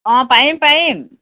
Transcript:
অ পাৰিম পাৰিম